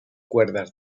cuerdas